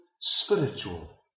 spiritual